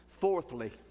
Fourthly